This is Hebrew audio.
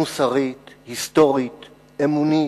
מוסרית, היסטורית, אמונית.